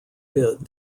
bid